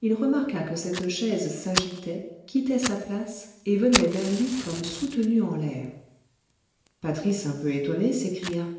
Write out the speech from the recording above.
il remarqua que cette chaise s'agitait quittait sa place et venait vers lui comme soutenue en l'air patris un peu étonné s'écria